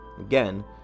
Again